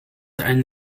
einen